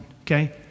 okay